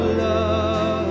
love